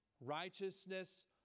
righteousness